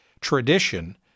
tradition